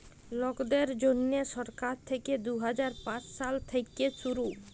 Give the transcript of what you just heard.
লকদের জ্যনহে সরকার থ্যাইকে দু হাজার পাঁচ সাল থ্যাইকে শুরু